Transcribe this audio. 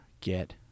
get